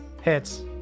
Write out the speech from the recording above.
hits